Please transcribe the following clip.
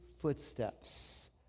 footsteps